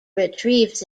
retrieves